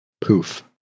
Poof